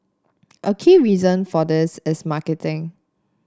a key reason for this is marketing